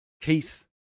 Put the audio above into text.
Keith